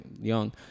young